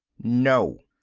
no.